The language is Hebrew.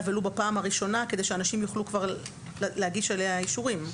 ולו בפעם הראשונה כדי שאנשים יוכלו להגיש אליה אישורים.